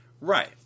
right